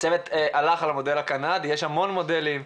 הצוות הלך על המודל הקנדי, יש המון מודלים,